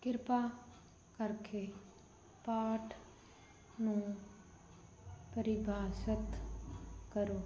ਕਿਰਪਾ ਕਰਕੇ ਪਾਠ ਨੂੰ ਪਰਿਭਾਸ਼ਿਤ ਕਰੋ